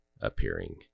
appearing